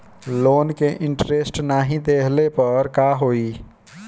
Loan के interest नाही देहले पर का होई?